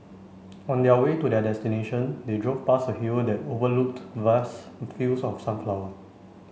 on their way to their destination they drove past a hill that overlooked vast fields of sunflower